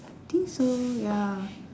I think so ya